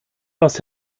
was